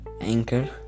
Anchor